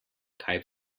kaj